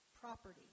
property